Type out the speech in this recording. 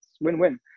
win-win